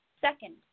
second